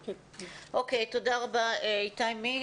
תודה רבה, איתי.